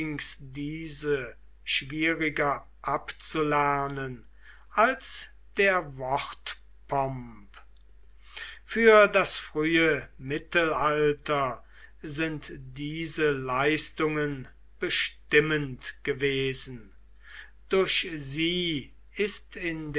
diese schwieriger abzulernen als der wortpomp für das frühe mittelalter sind diese leistungen bestimmend gewesen durch sie ist in